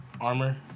Armor